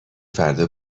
فردا